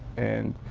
and